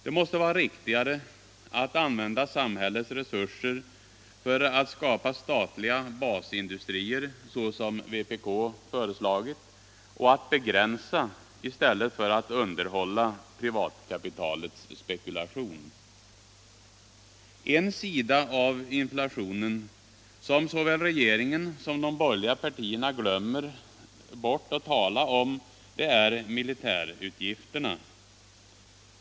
Det måste vara riktigare att använda samhällets resurser för att skapa statliga basindustrier, såsom vpk föreslagit, och att begränsa i stället för att underhålla privatkapitalets spekulation. En sida av inflationen som såväl regeringen som de borgerliga partierna glömmer bort att tala om är militärutgifterna.